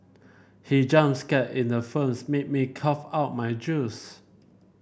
he jump scare in the films made me cough out my juice